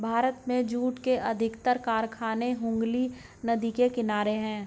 भारत में जूट के अधिकतर कारखाने हुगली नदी के किनारे हैं